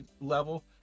level